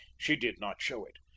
she did not show it.